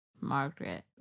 Margaret